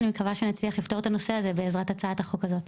אני מקווה שנצליח לפתור את הנושא הזה בעזרת הצעת החוק הזאת.